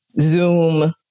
Zoom